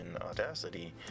Audacity